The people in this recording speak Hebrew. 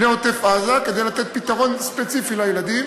לעוטף-עזה כדי לתת פתרון ספציפי לילדים,